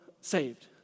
saved